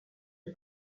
est